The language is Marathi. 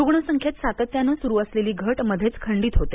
रुग्ण संख्येत सातत्यानं सुरू असलेली घट मध्येच खंडित होते